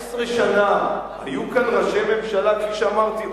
14 שנה היו כאן ראשי ממשלה כפי שאמרתי,